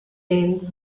them